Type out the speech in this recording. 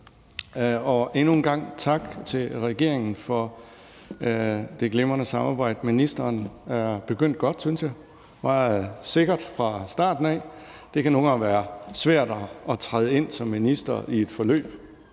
Og endnu en gang tak til regeringen for det glimrende samarbejde. Ministeren er begyndt godt, synes jeg, og arbejder sikkert fra starten af. Det kan nogle gange være svært at træde ind som minister i et forløb,